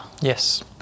Yes